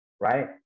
right